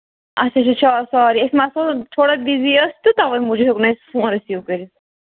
اچھا اچھا ساری أسۍ ما آسَو تھوڑا بِزی ٲسۍ تہٕ تَوَے موٗجوٗب ہیٚوک نہٕ أسہِ فون رٔسیٖو کٔرِتھ